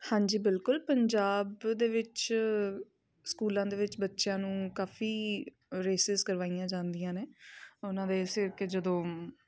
ਹਾਂਜੀ ਬਿਲਕੁਲ ਪੰਜਾਬ ਦੇ ਵਿੱਚ ਸਕੂਲਾਂ ਦੇ ਵਿੱਚ ਬੱਚਿਆਂ ਨੂੰ ਕਾਫ਼ੀ ਰੇਸਿਸ ਕਰਵਾਈਆਂ ਜਾਂਦੀਆਂ ਨੇ ਉਹਨਾਂ ਦੇ ਸਿਰ ਕਿ ਜਦੋਂ